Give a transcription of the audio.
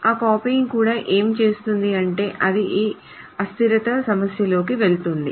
ఆ కాపీయింగ్ కూడా ఏమి చేస్తుంది అంటే అది ఈ అస్థిరత సమస్యలోకి వెళుతుంది